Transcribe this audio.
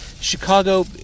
Chicago